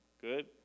Good